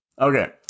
Okay